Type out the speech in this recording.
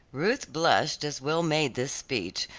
ruth blushed as will made this speech,